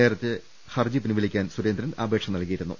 നേരത്തെ ഹർജി പിൻവലി ക്കാൻ സുരേന്ദ്രൻ അപേക്ഷ നൽകിയിരുന്നു